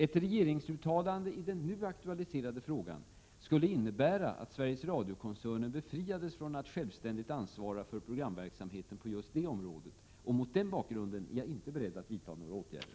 Ett regeringsuttalande i den nu aktualiserade frågan skulle innebära att Sveriges Radio-koncernen befriades från att självständigt ansvara för programverksamheten på just detta område, och mot den bakgrunden är jag inte beredd att vidta några åtgärder.